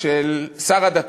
של שר הדתות,